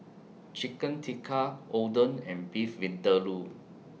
Chicken Tikka Oden and Beef Vindaloo